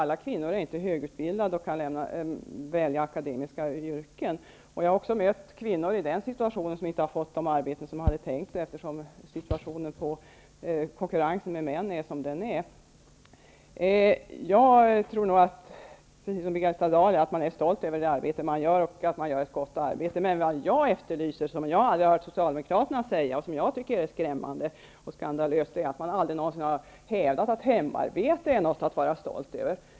Alla kvinnor är inte högutbildade och kan inte välja akademiska yrken. Jag har också mött kvinnor som inte har fått sådant arbete som de hade tänkt eftersom konkurrensen med män är som den är. Jag tror liksom Birgitta Dahl att man är stolt över det arbete man gör och att man tycker att man gör ett gott arbete. Men jag efterlyser -- vilket jag aldrig har hört socialdemokraterna säga och som jag tycker är skrämmande och skandalöst -- att man skall hävda att hemarbete är något att vara stolt över.